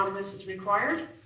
this is required.